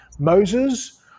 Moses